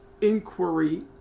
inquiry